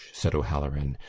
said o'halloran,